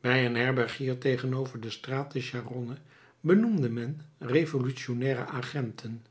bij een herbergier tegenover de straat de charonne benoemde men revolutionnaire agenten